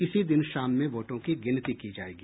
इसी दिन शाम में वोटों की गिनती की जायेगी